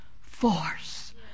force